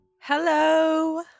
Hello